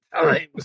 times